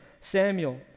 Samuel